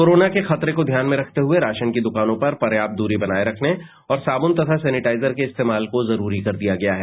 कोरना के खतरे को ध्यान में रखते हुए राशन की दुकानों पर पर्यात दूरी बनाये रखने और साबुन तथा सैनिँटाइजर के इस्तेमाल को जरूरी कर दिया गया है